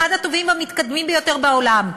אחד הטובים והמתקדמים ביותר בעולם.